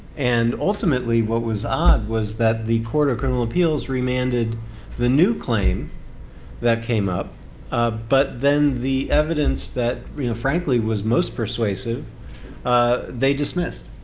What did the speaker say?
and ultimately what was odd was that the court of criminal appeals remanded the new claim that came up but then the evidence that frankly was most persuasive they dismissed.